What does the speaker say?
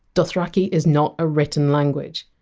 dothraki is not a written language.